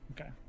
Okay